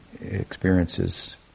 experiences